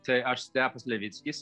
tai aš stepas levickis ir